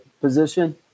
position